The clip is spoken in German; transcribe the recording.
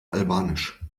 albanisch